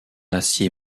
acier